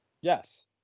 Yes